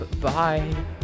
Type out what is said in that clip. bye